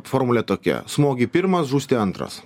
formulė tokia smogi pirmas žūsti antras